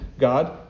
God